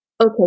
Okay